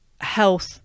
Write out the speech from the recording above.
health